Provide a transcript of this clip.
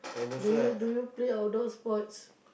do you do you play outdoor sports